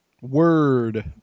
Word